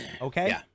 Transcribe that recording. okay